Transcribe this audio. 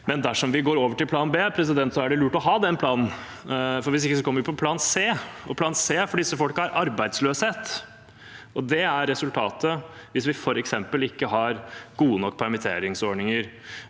Men dersom vi går over til plan b, er det lurt å ha den planen. Hvis ikke kommer vi til plan c, og plan c for disse folkene er arbeidsløshet. Det er resultatet hvis vi f.eks. ikke har gode nok permitteringsordninger